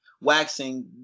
waxing